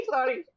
Sorry